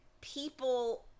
people